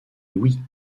louis